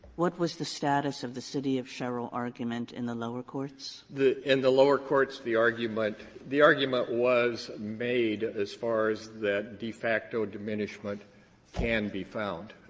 what was the status of the city of sherrill argument in the lower courts? smith the in the lower courts, the argument the argument was made as far as that de facto diminishment can be found.